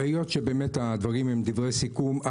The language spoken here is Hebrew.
היות שבאמת הדברים הם דברי סיכום,